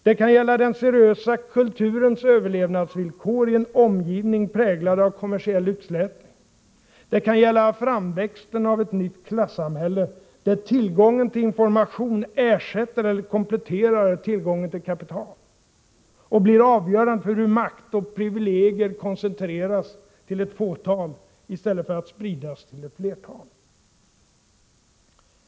Det kan gälla den seriösa kulturens överlevnadsvillkor i en omgivning präglad av kommersiell utslätning. Det kan gälla framväxten av ett nytt klassamhälle, där tillgången till information ersätter eller kompletterar tillgången till kapital — och blir avgörande för hur makt och privilegier koncentreras till ett fåtal i stället för att spridas till ett flertal.